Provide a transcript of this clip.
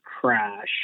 crash